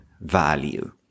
value